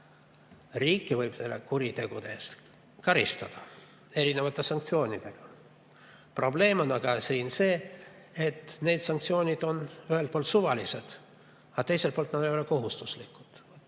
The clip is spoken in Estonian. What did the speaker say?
Riiki võib kuritegude eest karistada erinevate sanktsioonidega. Probleem on aga see, et need sanktsioonid on ühelt poolt suvalised, aga teiselt poolt nad ei ole kohustuslikud.